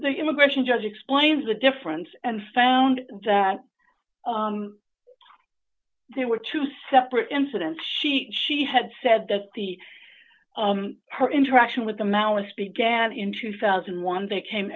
the immigration judge explains the difference and found that there were two separate incidents she she had said that the her interaction with the maoists began in two thousand and one they came